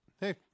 Hey